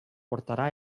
portarà